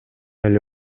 эле